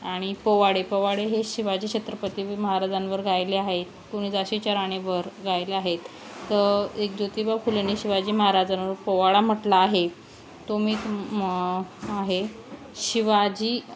आणि पोवाडे पोवाडे हे शिवाजी छत्रपती महाराजांवर गायले आहेत कुणी झांशीच्या राणीवर गायले आहेत तर एक ज्योतिबा फुलेनी शिवाजी महाराजांवर पोवाडा म्हटला आहे तो मी आहे शिवाजी